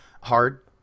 hard